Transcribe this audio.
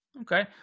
Okay